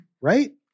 right